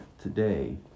Today